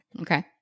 Okay